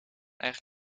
eigen